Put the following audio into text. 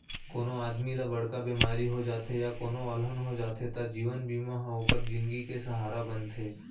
कोनों आदमी ल बड़का बेमारी हो जाथे या कोनों अलहन हो जाथे त जीवन बीमा ह ओकर जिनगी के सहारा बनथे